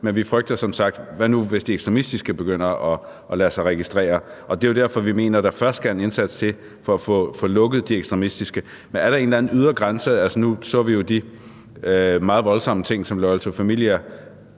Men vi frygter som sagt, hvad der sker, hvis de ekstremistiske begynder at lade sig registrere, og det er jo derfor, vi mener, at der først skal en indsats til for at få lukket de ekstremistiske. Men er der en eller anden øvre grænse? Altså, nu så vi jo de meget voldsomme ting, som Loyal To Familia